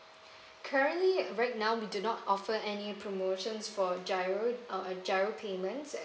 currently at right now we do not offer any promotions for GIRO uh GIRO payments